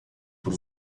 por